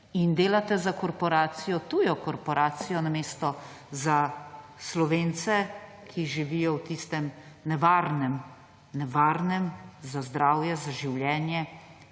in delate za tujo korporacijo namesto za Slovence, ki živijo v tistem nevarnem, nevarnem za zdravje, za življenje